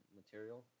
material